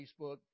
Facebook